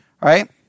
right